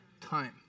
time